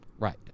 Right